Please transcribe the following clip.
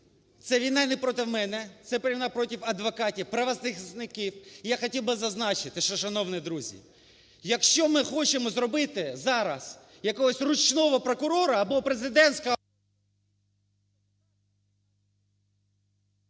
це війна не проти мене, це війна проти адвокатів, правозахисників. І я хотів би зазначити, що, шановні друзі, якщо ми хочемо зробити зараз якогось ручного прокурора або…